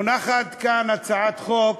מונחת כאן הצעת חוק